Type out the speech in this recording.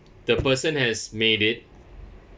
the person has made it